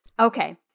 Okay